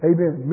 Amen